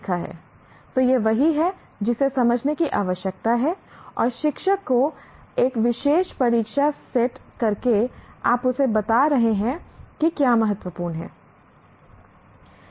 तो यह वही है जिसे समझने की आवश्यकता है और शिक्षक को एक विशेष परीक्षा सेट करके आप उसे बता रहे हैं कि क्या महत्वपूर्ण है